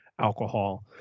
alcohol